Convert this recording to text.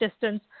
distance